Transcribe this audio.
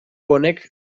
honek